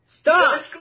stop